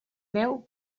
veu